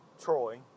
Troy